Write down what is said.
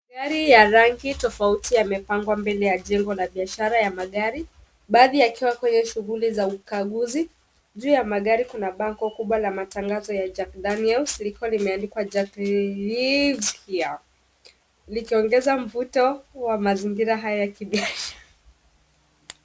Gari ya rangi tofauti yamepangwa mbele ya jengo la biashara ya magari baadhi yakiwa kwenye shughuli za ukaguzi. Juu ya magari kuna bango kubwa la matangazo ya Jack Daniel's likiwa limeandikwa Jack Lives Here likiongeza mvuto wa mazingira haya ya kibiashara.